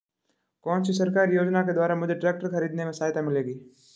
कौनसी सरकारी योजना के द्वारा मुझे ट्रैक्टर खरीदने में सहायता मिलेगी?